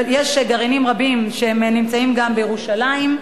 יש גרעינים רבים, הם נמצאים גם בירושלים.